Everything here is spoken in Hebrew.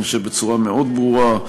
אני חושב בצורה מאוד ברורה,